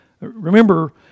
Remember